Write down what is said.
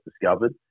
discovered